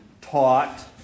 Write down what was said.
taught